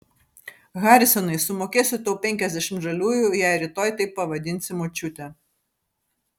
harisonai sumokėsiu tau penkiasdešimt žaliųjų jei rytoj taip pavadinsi močiutę